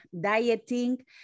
dieting